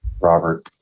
Robert